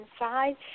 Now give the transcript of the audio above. inside